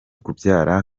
kubyara